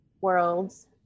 worlds